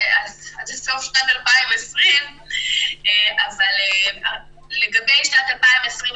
2020. לגבי 2021,